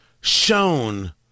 shown